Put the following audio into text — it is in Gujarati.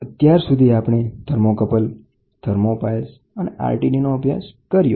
અત્યાર સુધી આપણે થર્મોકપલ થર્મોપાઇલ્સ અને RTDનો અભ્યાસ કર્યો